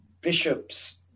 Bishop's